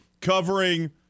covering